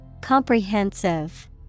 Comprehensive